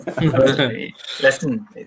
listen